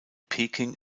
peking